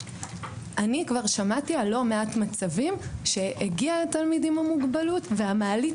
כבר שמעתי על לא מעט מצבים שבהם הגיע התלמיד עם המוגבלות והמעלית